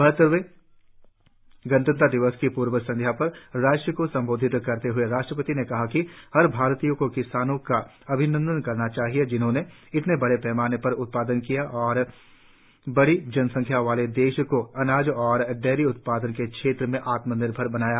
बाहत्तरवें गणतंत्र दिवस की पूर्व संध्या पर राष्ट्र को सम्बोधित करते हुए राष्ट्रपति ने कहा कि हर भारतीय को किसानों का अभिनन्दन करना चाहिए जिन्होंने इतने बड़े पैमाने पर उत्पादन किया और बड़ी जनसंख्या वाले देश को अनाज और डेयरी उत्पादन के क्षेत्र में आत्मनिर्भर बनाया